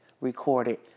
recorded